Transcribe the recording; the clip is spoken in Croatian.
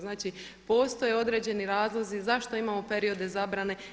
Znači, postoje određeni razlozi zašto imamo periode zabrane.